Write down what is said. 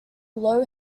low